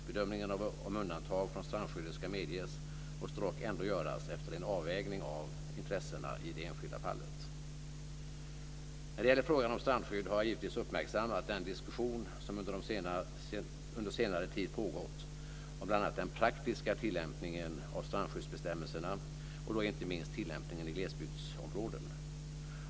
Bedömningen av om undantag från strandskyddet ska medges måste dock ändå göras efter en avvägning av intressena i det enskilda fallet. När det gäller frågan om strandskydd har jag givetvis uppmärksammat den diskussion som under senare tid pågått om bl.a. den praktiska tillämpningen av strandskyddsbestämmelserna och då inte minst tillämpningen i glesbygdsområden.